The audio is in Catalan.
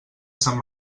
sant